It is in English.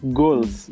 goals